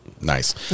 Nice